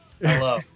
Hello